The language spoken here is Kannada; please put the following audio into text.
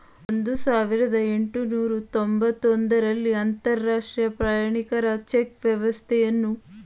ಒಂದು ಸಾವಿರದ ಎಂಟುನೂರು ತೊಂಬತ್ತ ಒಂದು ರಲ್ಲಿ ಅಂತರಾಷ್ಟ್ರೀಯ ಪ್ರಯಾಣಿಕರ ಚೆಕ್ ವ್ಯವಸ್ಥೆಯನ್ನು ಅಭಿವೃದ್ಧಿಪಡಿಸಿತು